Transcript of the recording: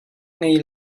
ngei